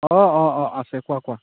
অঁ অঁ অঁ আছে কোৱা কোৱা